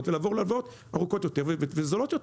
ולעבור להלוואות ארוכות יותר וזולות יותר.